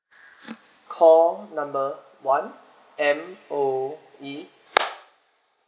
call number one M_O_E